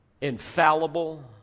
infallible